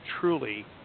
truly